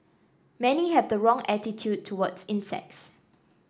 many have the wrong attitude towards insects